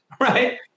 right